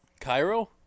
Cairo